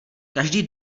každý